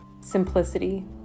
simplicity